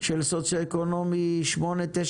סוציו-אקונומי 8, 9,